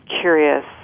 curious